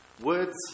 Words